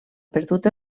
perdut